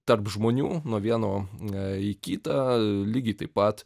tarp žmonių nuo vieno į kitą lygiai taip pat